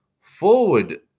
forward